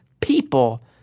PEOPLE